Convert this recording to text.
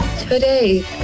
Today